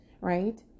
right